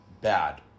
bad